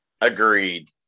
Agreed